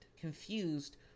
confused